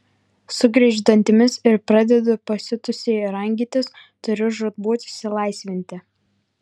sugriežiu dantimis ir pradedu pasiutusiai rangytis turiu žūtbūt išsilaisvinti